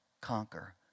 conquer